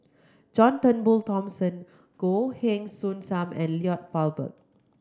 John Turnbull Thomson Goh Heng Soon Sam and Lloyd Valberg